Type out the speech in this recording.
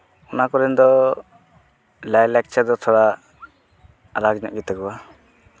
ᱚᱱᱟ ᱠᱚᱨᱮ ᱫᱚ ᱞᱟᱭᱼᱞᱟᱠᱪᱟᱨ ᱫᱚ ᱛᱷᱚᱲᱟ ᱟᱞᱟᱜ ᱧᱚᱜ ᱜᱮᱛᱟ ᱠᱚᱣᱟ